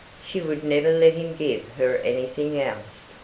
she would never let him give her anything else.